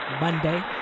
Monday